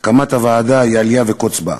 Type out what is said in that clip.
הקמת הוועדה היא אליה וקוץ בה.